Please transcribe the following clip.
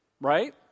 right